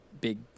big